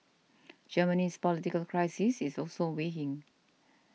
Germany's political crisis is also weighing